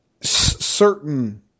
Certain